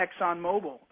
ExxonMobil